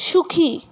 সুখী